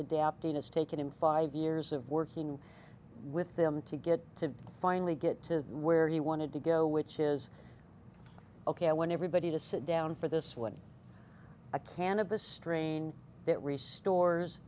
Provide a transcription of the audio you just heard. adapting has taken him five years of working with them to get to finally get to where he wanted to go which is ok i want everybody to sit down for this one a can of the strain that rest